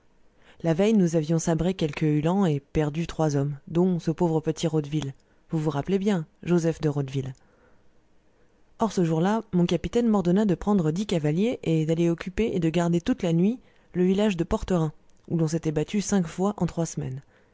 la veille nous avions sabré quelques uhlans et perdu trois hommes dont ce pauvre petit raudeville vous vous rappelez bien joseph de raudeville or ce jour-là mon capitaine m'ordonna de prendre dix cavaliers et d'aller occuper et de garder toute la nuit le village de porterin où l'on s'était battu cinq fois en trois semaines